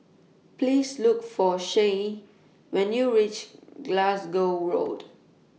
Please Look For Shae when YOU REACH Glasgow Road